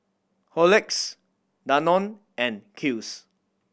Horlicks Danone and Kiehl's